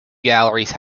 galleries